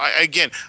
again